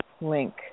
link